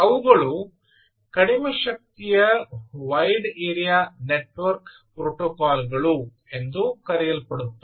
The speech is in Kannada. ಅವುಗಳು ಕಡಿಮೆ ಶಕ್ತಿಯ ವೈಡ್ ಏರಿಯಾ ನೆಟ್ವರ್ಕ್ ಪ್ರೋಟೋಕಾಲ್ ಗಳನ್ನುಎಂದು ಕರೆಯಲ್ಪಡುತ್ತವೆ